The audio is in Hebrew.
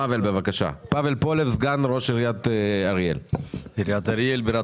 פבל פולב, סגן ראש עיריית אריאל, בבקשה.